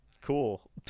Cool